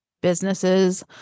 businesses